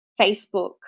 Facebook